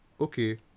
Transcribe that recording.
okay